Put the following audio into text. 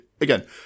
again